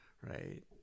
Right